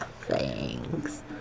Thanks